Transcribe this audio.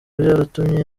byaratumye